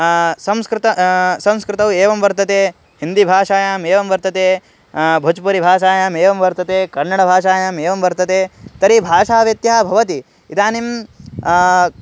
संस्कृतं संस्कृतौ एवं वर्तते हिन्दीभाषायाम् एवं वर्तते भोज्पुरिभाषायाम् एवं वर्तते कन्नडभाषायाम् एवं वर्तते तर्हि भाषाव्यत्यः भवति इदानीं